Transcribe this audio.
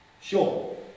Sure